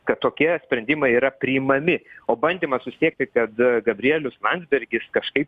kad tokie sprendimai yra priimami o bandymas susieti kad gabrielius landsbergis kažkaip